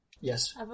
Yes